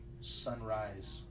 Sunrise